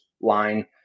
line